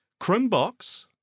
Chromebox